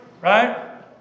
right